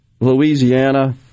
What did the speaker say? Louisiana